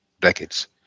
decades